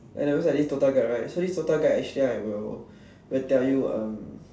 and then there's this DOTA guide right so this DOTA guide actually like will will tell you um